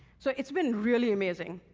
so it's been really amazing.